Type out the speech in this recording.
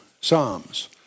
psalms